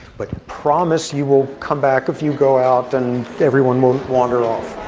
but promise you will come back if you go out, and everyone won't wander off.